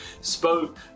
spoke